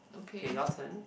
okay your turn